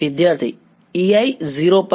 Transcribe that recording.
વિદ્યાર્થી e i 0 પર